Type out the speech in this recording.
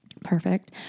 Perfect